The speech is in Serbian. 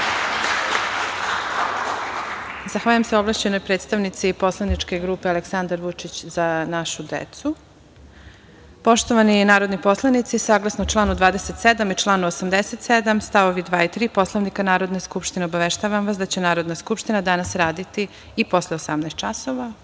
Zahvaljujem se ovlašćenoj predstavnici poslaničke grupe Aleksandar Vučić – Za našu decu. Poštovani narodni poslanici, saglasno članu 27. i članu 87. stavovi 2. i 3. Poslovnika Narodne skupštine, obaveštavam vas da će Narodna skupština danas raditi i posle 18 časova,